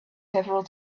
several